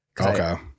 Okay